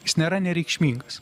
jis nėra nereikšmingas